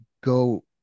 go